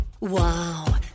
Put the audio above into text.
Wow